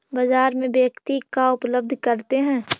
बाजार में व्यक्ति का उपलब्ध करते हैं?